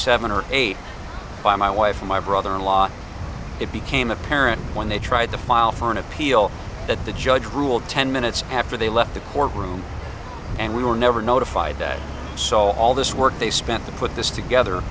seven or eight by my wife and my brother in law it became apparent when they tried to file for an appeal that the judge ruled ten minutes after they left the court room and we were never notified that so all this work they spent the put this together